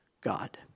God